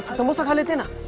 samosa kind of and